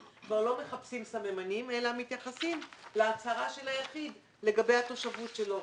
הבנק כבר לא מחפש סממנים אלא מתייחס להצהרה של היחיד לגבי התושבות שלו.